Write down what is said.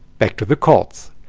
back to the courts.